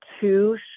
two